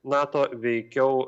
nato veikiau